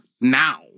now